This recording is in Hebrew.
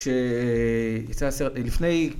שיצא סרט לפני.